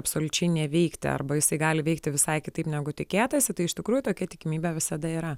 absoliučiai neveikti arba jisai gali veikti visai kitaip negu tikėtasi tai iš tikrųjų tokia tikimybė visada yra